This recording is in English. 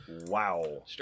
Wow